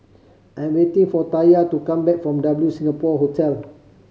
I'm waiting for Taya to come back from W Singapore Hotel